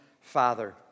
Father